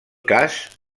cas